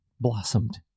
blossomed